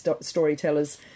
storytellers